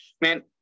man